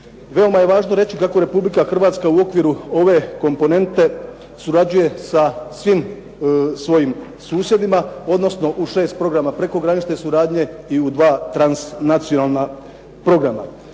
Veoma je važno reći kako Republika Hrvatske u okviru svoje komponente surađuje sa svim svojim susjedima, odnosno u šest programa prekogranične suradnje i u dva trans nacionalna programa.